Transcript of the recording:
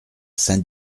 saint